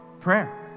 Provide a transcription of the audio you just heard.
prayer